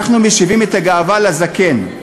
אנחנו משיבים את הגאווה לזקן,